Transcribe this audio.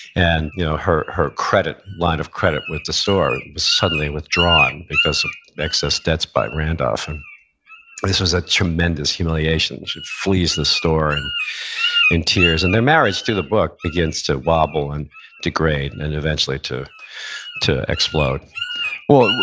and you know her her credit, line of credit with the store was suddenly withdrawn because of excess debts by randolph and this was a tremendous humiliation. she flees the store in tears, and their marriage through the book begins to wobble and degrade and eventually to to explode well,